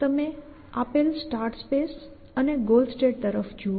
તમે આપેલ start state અને ગોલ સ્ટેટ તરફ જુઓ